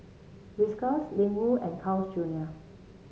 Whiskas Ling Wu and Carl's Junior